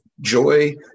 joy